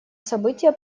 событие